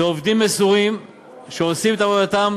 אלו עובדים מסורים שעושים את עבודתם